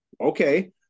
Okay